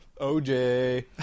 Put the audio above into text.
OJ